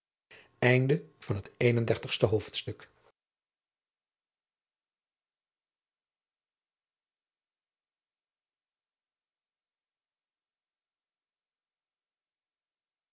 aanvang van het volgende hoofdstuk